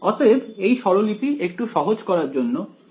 অতএব এই স্বরলিপি একটু সহজ করার জন্য এই